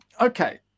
okay